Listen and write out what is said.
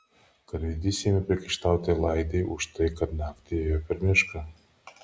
karvedys ėmė priekaištauti laidei už tai kad naktį ėjo per mišką